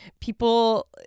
people